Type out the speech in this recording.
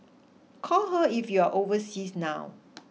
call her if you are overseas now